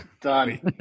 Donnie